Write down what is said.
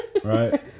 Right